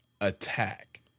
attack